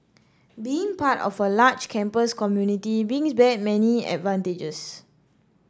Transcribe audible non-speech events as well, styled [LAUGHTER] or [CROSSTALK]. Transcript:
being part of a large campus community brings [UNINTELLIGIBLE] many advantages